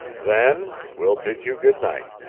then we'll bid you good night!